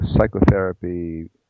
psychotherapy